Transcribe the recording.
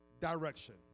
direction